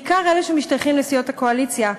בעיקר אלה שמשתייכים לסיעות הקואליציה: